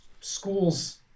schools